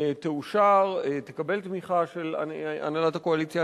תאושר, תקבל תמיכה של הנהלת הקואליציה.